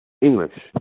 English